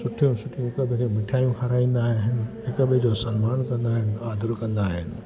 सुठे में सुठो हिकु ॿिए खे मिठाइयूं खाराईंदा आहिनि हिकु ॿिए जो सन्मान कंदा आहिनि आदर कंदा आहिनि